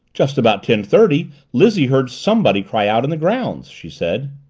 just about ten-thirty lizzie heard somebody cry out, in the grounds, she said.